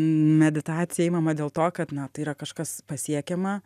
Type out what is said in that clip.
meditacija imama dėl to kad na tai yra kažkas pasiekiama